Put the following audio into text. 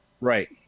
Right